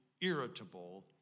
irritable